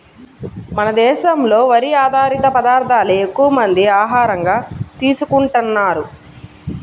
మన దేశంలో వరి ఆధారిత పదార్దాలే ఎక్కువమంది ఆహారంగా తీసుకుంటన్నారు